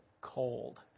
cold